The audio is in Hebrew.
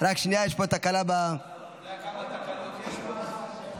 השנייה על הצעת חוק הרשות לחקירה בטיחותית בתעופה,